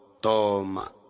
toma